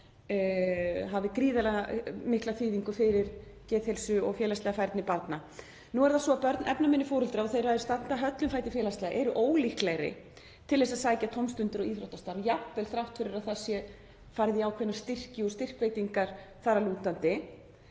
hafi gríðarlega mikla þýðingu fyrir geðheilsu og félagslega færni barna. Nú er það svo að börn efnaminni foreldra og þeirra er standa höllum fæti félagslega eru ólíklegri til að sækja tómstunda- og íþróttastarf jafnvel þrátt fyrir að farið sé í ákveðna styrki og styrkveitingar þar að lútandi.